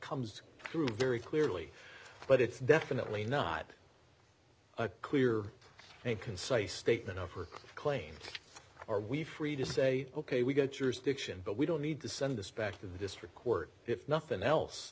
comes through very clearly but it's definitely not a clear and concise statement of her claims are we free to say ok we got your stiction but we don't need to send this back to the district court if nothing else